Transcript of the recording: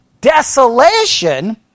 Desolation